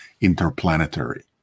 interplanetary